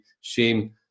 shame